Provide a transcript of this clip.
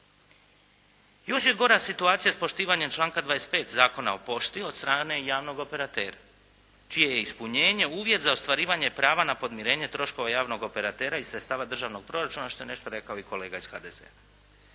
je gora situacija s poštivanjem članka 25. Zakona o pošti od strane javnog operatera čije je ispunjenje uvjet za ostvarivanje prava na podmirenje troškova javnog operatera iz sredstava državnog proračuna što je nešto rekao i kolega iz HDZ-a.